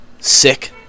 Sick